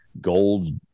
gold